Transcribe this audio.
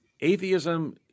atheism